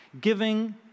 Giving